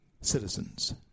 citizens